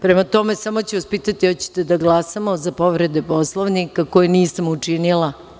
Prema tome, samo ću vas pitati da li želite da glasamo za povrede Poslovnika koje nisam učinila?